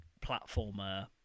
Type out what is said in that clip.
platformer